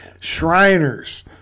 Shriners